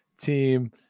team